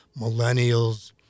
millennials